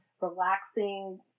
relaxing